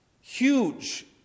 Huge